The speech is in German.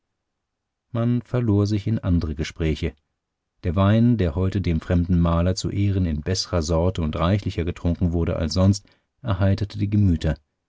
man verlor sich in andere gespräche der wein der heute dem fremden maler zu ehren in beßrer sorte und reichlicher getrunken wurde als sonst erheiterte die gemüter